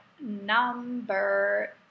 number